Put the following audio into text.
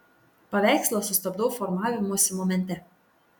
paveikslą sustabdau formavimosi momente